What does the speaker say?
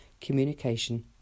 communication